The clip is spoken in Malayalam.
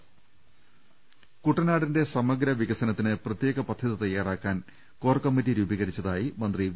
് കൂട്ടനാടിന്റെ സമഗ്ര വികസനത്തിന് പ്രത്യേക പദ്ധതി തയ്യാറാ ക്കാൻ കോർ കമ്മിറ്റി രൂപീകരിച്ചതായി മന്ത്രി വി